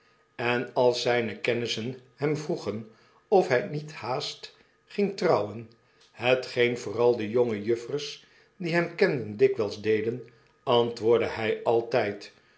en als zyne kennissen hem vroegen of hy niet haast ging trouwen hetgeen vooral de jongejuffers die hem kenden dikwijls deden antwoordde hij altyd